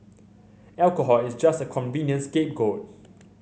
alcohol is just a convenient scapegoat